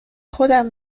خودم